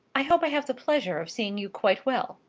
i hope i have the pleasure of seeing you quite well?